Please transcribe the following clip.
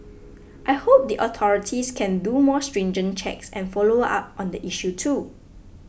I hope the authorities can do more stringent checks and follow up on the issue too